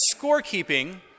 scorekeeping